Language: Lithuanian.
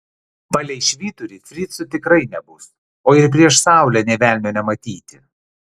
palei švyturį fricų tikrai nebus o ir prieš saulę nė velnio nematyti